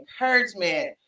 encouragement